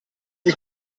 sie